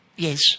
Yes